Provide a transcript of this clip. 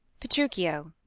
petruchio,